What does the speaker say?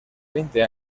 veinte